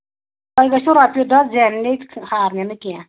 تۄہہِ گژھیوٗ رۄپیہِ دَہ زیننے تہٕ ہارنہِ نہٕ کیٚنٛہہ